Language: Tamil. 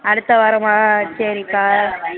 அடுத்த வாரமா சரிக்கா